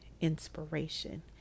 inspiration